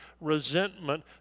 resentment